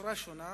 בצורה שונה,